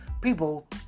people